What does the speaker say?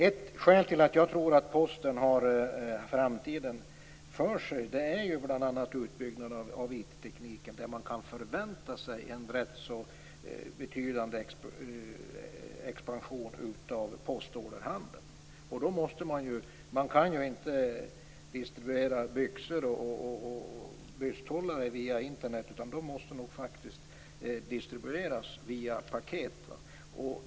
Ett skäl till att jag tror att Posten har framtiden för sig är ju utbyggnaden av IT-tekniken, där man kan förvänta sig en ganska betydande expansion av postorderhandel. Man kan ju inte distribuera byxor och bysthållare via Internet, utan dessa måste distribueras i paket.